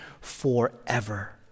forever